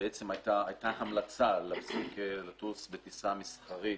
בעצם הייתה המלצה להפסיק לטוס בטיסה מסחרית